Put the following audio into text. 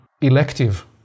elective